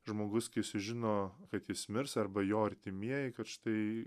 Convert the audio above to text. žmogus kai sužino kad jis mirs arba jo artimieji kad štai